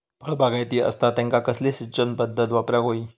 फळबागायती असता त्यांका कसली सिंचन पदधत वापराक होई?